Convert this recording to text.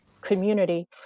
community